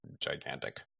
gigantic